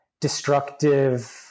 destructive